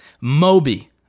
Moby